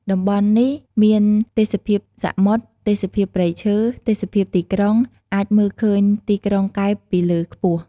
តំបន់នេះមានទេសភាពសមុទ្រ ទេសភាពព្រៃឈើ ទេសភាពទីក្រុង អាចមើលឃើញទីក្រុងកែបពីលើខ្ពស់។